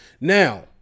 Now